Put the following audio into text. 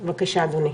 בבקשה, אדוני.